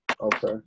Okay